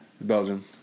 Belgium